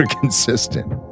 consistent